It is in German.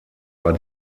war